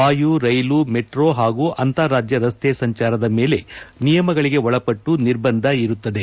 ವಾಯು ರೈಲು ಮೆಟ್ರೋ ಹಾಗೂ ಅಂತಾರಾಜ್ಯ ರಸ್ತೆ ಸಂಚಾರದ ಮೇಲೆ ನಿಯಮಗಳಿಗೆ ಒಳಪಟ್ಟು ನಿರ್ಬಂಧ ಇರುತ್ತದೆ